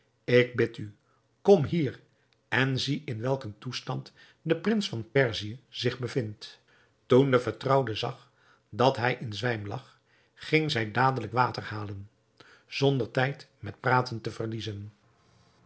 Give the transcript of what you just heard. ik bid u kom hier en zie in welk een toestand de prins van perzië zich bevindt toen de vertrouwde zag dat hij in zwijm lag ging zij dadelijk water halen zonder tijd met praten te verliezen